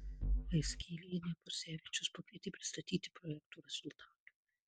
vaizgielienę podzevičius pakvietė pristatyti projekto rezultatų